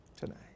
tonight